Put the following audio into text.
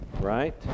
right